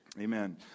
Amen